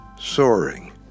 soaring